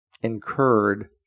incurred